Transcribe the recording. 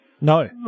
No